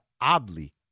oddly